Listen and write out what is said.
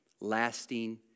lasting